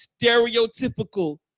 stereotypical